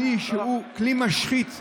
הן כלי משחית,